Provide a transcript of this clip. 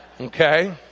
Okay